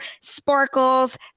sparkles